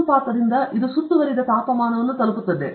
ಅಸಂಪಾತದಿಂದ ಇದು ಸುತ್ತುವರಿದ ತಾಪಮಾನವನ್ನು ತಲುಪುತ್ತದೆ